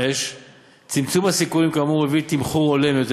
5. צמצום הסיכונים כאמור הביא לתמחור הולם יותר,